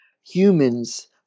humans